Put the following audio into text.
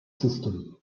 system